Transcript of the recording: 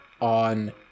on